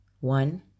One